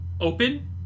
open